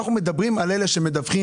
אנחנו מדברים על אלה שמדווחים,